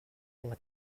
nga